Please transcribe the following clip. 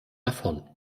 davon